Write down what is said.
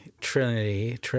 trinity